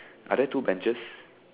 are there two batches